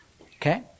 Okay